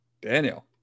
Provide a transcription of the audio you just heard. Daniel